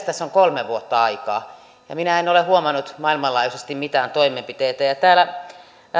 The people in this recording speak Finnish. tässä on kolme vuotta aikaa ja minä en ole huomannut maailmanlaajuisesti mitään toimenpiteitä täällä